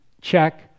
Check